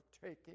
taking